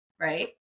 Right